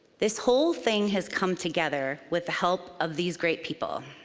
this whole thing has come together with the help of these great people.